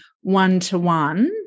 one-to-one